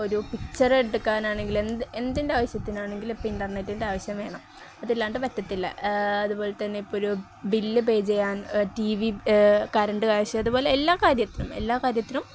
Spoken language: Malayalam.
ഒരു പിക്ച്ചറെടുക്കാനാണെങ്കിലും എന്ത് എന്തിൻ്റെ ആവശ്യത്തിനാണെങ്കിലും ഇപ്പോള് ഇൻ്റർനെറ്റിൻ്റെ ആവശ്യം വേണം അതില്ലാണ്ട് പറ്റത്തില്ല അതുപോലെ തന്നെ ഇപ്പോഴൊരു ബില്ല് പേ ചെയ്യാൻ ടി വി കറണ്ട് ആവശ്യം അതുപോലെ എല്ലാ കാര്യത്തിനും എല്ലാ കാര്യത്തിനും